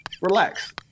Relax